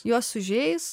juos sužeis